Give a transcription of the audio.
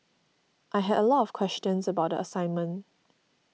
I had a lot of questions about the assignment